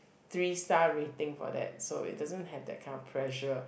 three star rating for that so it doesn't have that kind of pressure